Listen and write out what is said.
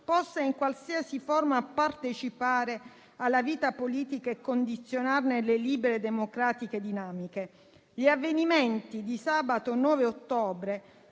possa in qualsiasi forma partecipare alla vita politica e condizionarne le libere e democratiche dinamiche. Gli avvenimenti di sabato 9 ottobre,